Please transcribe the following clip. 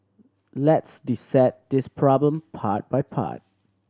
let's dissect this problem part by part